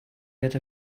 get